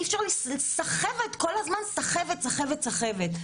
אי אפשר, סחבת, כל הזמן סחבת סחבת סחבת.